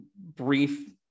brief